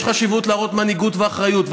יש חשיבות להראות מנהיגות ואחריות.